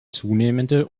zunehmende